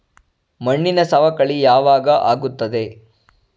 ಮಣ್ಣಿನ ಸವಕಳಿ ಯಾವಾಗ ಆಗುತ್ತದೆ?